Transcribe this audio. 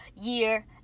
year